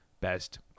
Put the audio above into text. best